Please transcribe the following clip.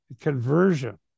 conversion